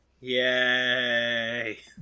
Yay